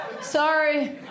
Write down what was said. sorry